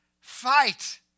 fight